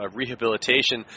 rehabilitation